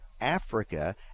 Africa